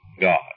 God